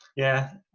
yeah